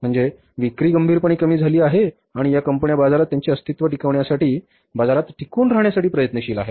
म्हणजे विक्री गंभीरपणे कमी झाली आहे आणि या कंपन्या बाजारात त्यांचे अस्तित्व टिकवण्यासाठी बाजारात टिकून राहण्यासाठी प्रयत्नशील आहेत